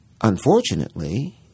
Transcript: Unfortunately